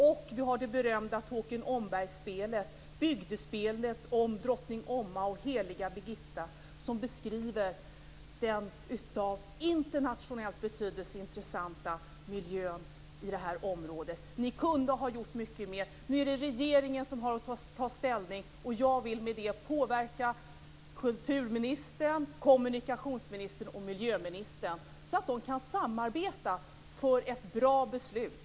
Vi har också det berömda Tåkern/Omberg-spelet, bygdespelet om drottning Oma och den heliga Birgitta som beskriver den internationellt betydelsefulla och intressanta miljön i det här området. Ni kunde ha gjort mycket mer. Nu är det regeringen som har att ta ställning. Jag vill med detta påverka kulturministern, kommunikationsministern och miljöministern så att de kan samarbeta för ett bra beslut.